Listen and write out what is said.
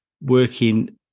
working